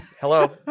Hello